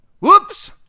Whoops